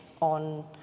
on